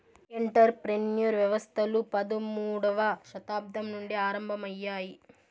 enter ప్రెన్యూర్ వ్యవస్థలు పదమూడవ శతాబ్దం నుండి ఆరంభమయ్యాయి